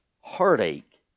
heartache